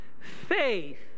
Faith